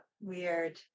weird